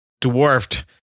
dwarfed